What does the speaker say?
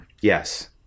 Yes